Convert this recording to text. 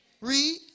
read